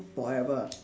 forever